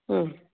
ಹ್ಞೂ